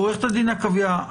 עורכת הדין עקביה,